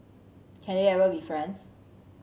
can they ever be friends